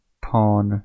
pawn